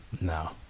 No